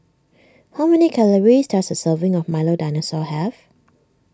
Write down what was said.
how many calories does a serving of Milo Dinosaur have